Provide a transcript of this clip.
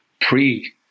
pre